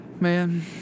man